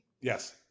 Yes